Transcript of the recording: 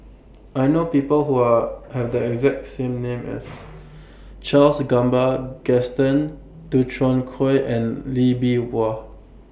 I know People Who Are Have The exact same name as Charles Gamba Gaston Dutronquoy and Lee Bee Wah